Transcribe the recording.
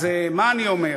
אז מה הוא אומר?